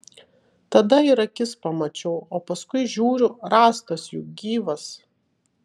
tada ir akis pamačiau o paskui žiūriu rąstas juk gyvas